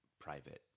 private